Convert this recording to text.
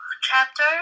chapter